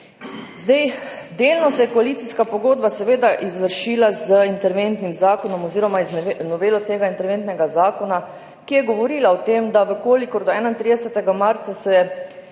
tega. Delno se je koalicijska pogodba seveda izvršila z interventnim zakonom oziroma z novelo tega interventnega zakona, ki je govorila o tem, da če se do 31. marca ne